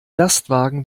lastwagen